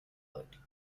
vote